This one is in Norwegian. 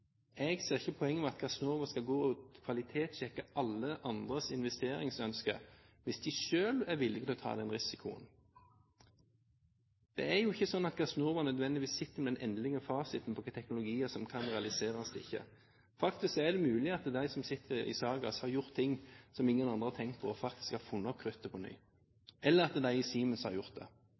Jeg ser ikke poenget med at Gassnova skal kvalitetssjekke alle andres investeringsønsker hvis de selv er villige til å ta den risikoen. Det er jo ikke sånn at Gassnova nødvendigvis sitter med den endelige fasiten på hvilke teknologier som kan realiseres og ikke. Faktisk er det mulig at de som sitter i Sargas, har gjort ting som ingen andre har tenkt på og har funnet opp kruttet på ny, eller at de i Siemens har gjort det.